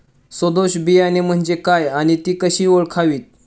सदोष बियाणे म्हणजे काय आणि ती कशी ओळखावीत?